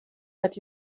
that